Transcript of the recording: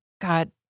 God